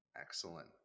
Excellent